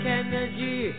energy